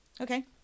Okay